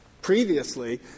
Previously